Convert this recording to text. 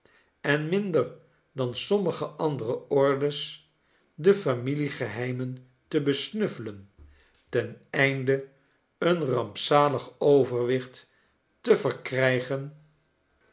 en minder dan sommige andere ordes de familiegeheimen te besnuffelen ten einde een rampzalig overwicht te verkrijgen